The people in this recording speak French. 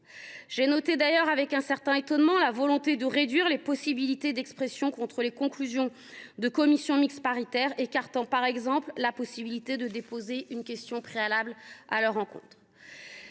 J’ai relevé ainsi, avec un certain étonnement, que l’on voulait réduire les possibilités d’expression contre les conclusions d’une commission mixte paritaire, en écartant, par exemple, la possibilité de déposer une question préalable à leur encontre.